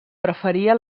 preferia